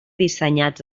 dissenyats